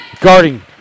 Guarding